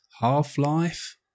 Half-Life